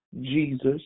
Jesus